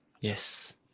Yes